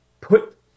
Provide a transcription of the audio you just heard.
put